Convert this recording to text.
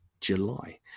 july